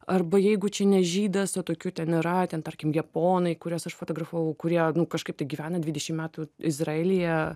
arba jeigu čia ne žydas o tokių ten yra tarkim japonai kuriuos aš fotografavau kurie kažkaip tai gyvena dvidešim metų izraelyje